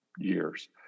years